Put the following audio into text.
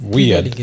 Weird